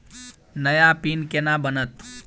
नया पिन केना बनत?